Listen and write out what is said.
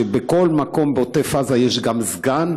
בכל מקום בעוטף עזה יש גם סגן,